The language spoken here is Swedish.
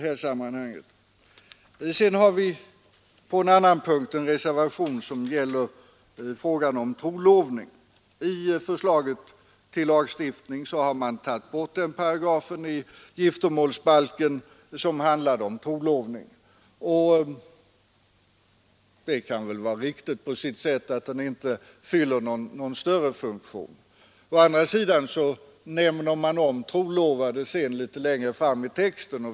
Vi har på en annan punkt, som gäller frågan om trolovning, avgivit en reservation. I förslaget till lagstiftning har den paragraf i giftermålsbalken som handlade om trolovning tagits bort. På sitt sätt kan det vara riktigt att den inte fyller någon större funktion, men å andra sidan nämns trolovade litet längre fram i texten.